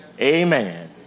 Amen